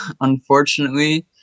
unfortunately